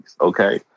okay